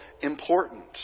important